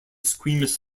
squeamish